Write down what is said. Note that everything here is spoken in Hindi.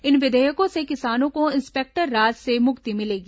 इन विधेयकों से किसानों को इंस्पेक्टर राज से मुक्ति मिलेगी